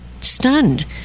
stunned